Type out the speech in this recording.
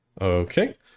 Okay